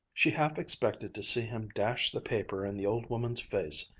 she half expected to see him dash the paper in the old woman's face,